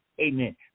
Amen